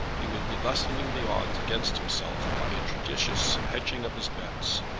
he would be lessening the odds against himself by a judicious hedging of his bets.